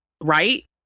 right